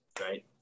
right